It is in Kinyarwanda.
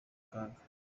kaga